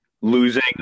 losing